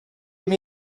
give